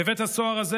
בבית הסוהר הזה,